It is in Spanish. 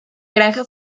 granja